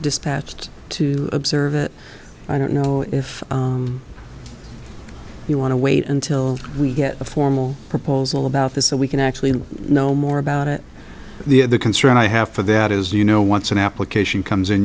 dispatched to observe it i don't know if you want to wait until we get a formal proposal about this so we can actually know more about it the concern i have for that is you know once an application comes in